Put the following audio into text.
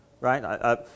right